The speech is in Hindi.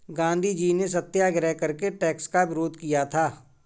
गांधीजी ने सत्याग्रह करके टैक्स का विरोध किया था